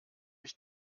ich